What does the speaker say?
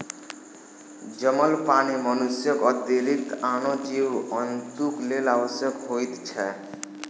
जमल पानि मनुष्यक अतिरिक्त आनो जीव जन्तुक लेल आवश्यक होइत छै